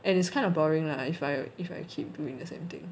and it's kind of boring lah if I if I keep doing the same thing